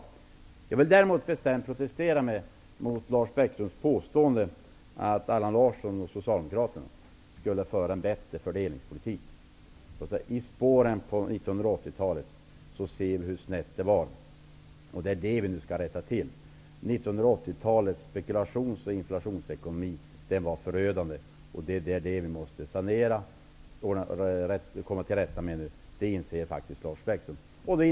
Däremot vill jag bestämt protestera mot Lars Bäckströms påstående att Allan Larsson och Socialdemokraterna skulle föra en bättre fördelningspolitik. I spåren av 1980-talet ser vi hur snett det var. Nu måste vi rätta till det. 1980-talets spekulations och inflationsekonomi var förödande. Det måste vi komma till rätta med. Det inser säkert Lars Bäckström.